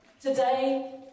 today